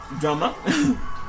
Drama